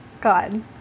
God